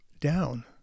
down